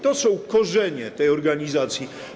To są korzenie tej organizacji.